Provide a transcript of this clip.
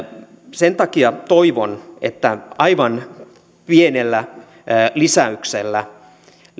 sen takia toivon että aivan pienellä lisäyksellä